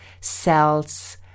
Cells